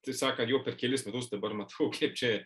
taip sakant jau per kelis metus dabar matau kiek čia